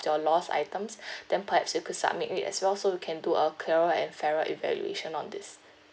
your lost items then perhaps you could submit it as well so we can do a clearer and fairer evaluation on this